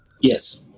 yes